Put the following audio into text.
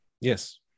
Yes